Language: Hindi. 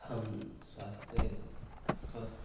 हम स्वास्थ्य स्वस्थ